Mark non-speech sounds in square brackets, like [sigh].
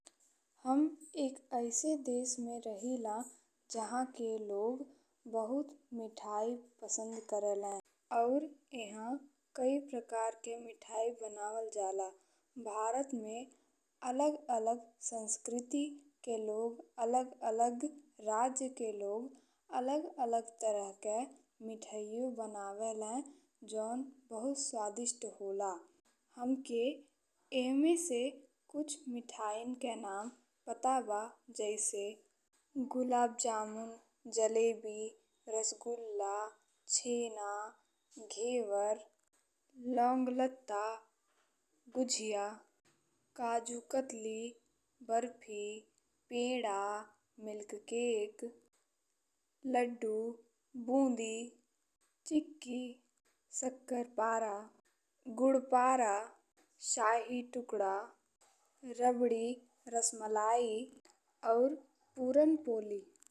हम एक अइसे देश में रहेला जहाँ के लोग बहुत मिठाई पसंद [noise] करेला अउर एह कई प्रकार के मिठाई बनावल जाला। भारत में अलग-अलग संस्कृति के लोग, अलग-अलग राज्य के लोग अलग-अलग तरह के मिठाइयो बनावेली जौन बहुत स्वादिष्ट होला। हमके एहमे से कुछ मिठाईन के नाम पता बा जइसे गुलाबजामुन, जलेबी, रसगुल्ला, छेना, घेवर, लोंगलत्ता, गुजिया, काजूकतली, बर्फी, पेड़ा, मिल्क केक, लड्डू, बूंदी, चिकी, शक्करपारा, गुड़पारा, शाहीटुकड़ा, रबड़ी, रासमलई अउर पूरनपोली।